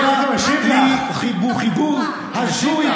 היא חיבור הזוי,